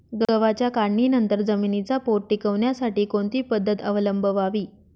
गव्हाच्या काढणीनंतर जमिनीचा पोत टिकवण्यासाठी कोणती पद्धत अवलंबवावी?